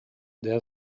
there